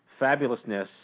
fabulousness